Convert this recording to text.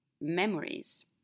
memories